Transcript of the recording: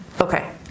Okay